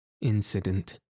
incident